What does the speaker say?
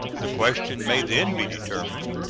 the question may then be determined,